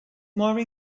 more